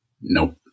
Nope